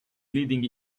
leading